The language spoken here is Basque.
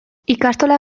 ikastola